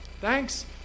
Thanks